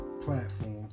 platform